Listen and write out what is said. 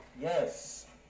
Yes